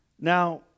Now